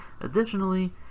Additionally